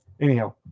anyhow